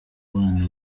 bana